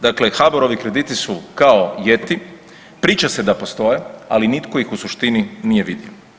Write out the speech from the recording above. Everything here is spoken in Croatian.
Dakle, HBOR-ovi krediti su kao jeti, priča se da postoje, ali nitko ih u suštini nije vidio.